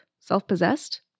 self-possessed